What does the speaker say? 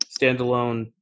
standalone